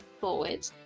forward